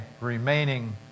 remaining